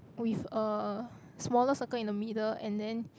with a smaller circle in the middle and then